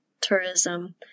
tourism